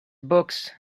books